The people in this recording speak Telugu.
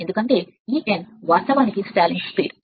ఎందుకంటే ఈ n వాస్తవానికి నిలిచిపోయే వేగం